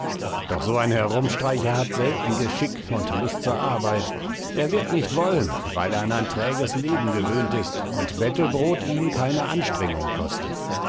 doch so ein herumstreicher hat selten geschick und lust zur arbeit er wird nicht wollen weil er an ein träges leben gewöhnt ist und bettelbrot ihm keine anstrengung kostet